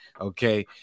okay